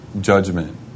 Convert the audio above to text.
judgment